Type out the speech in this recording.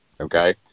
okay